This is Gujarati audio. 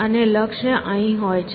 અને લક્ષ્ય અહીં હોઈ શકે છે